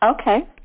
Okay